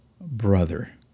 brother